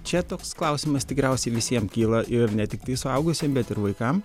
čia toks klausimas tikriausiai visiem kyla ir ne tiktai suaugusiem bet ir vaikam